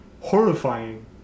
horrifying